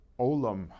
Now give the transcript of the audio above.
olam